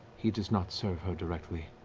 he does not serve her directly.